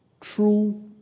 true